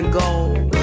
gold